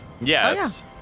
Yes